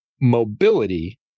mobility